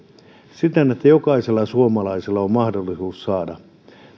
siten että jokaisella suomalaisella on mahdollisuus saada